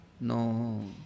No